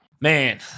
Man